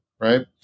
right